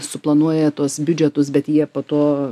suplanuoja tuos biudžetus bet jie po to